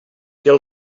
que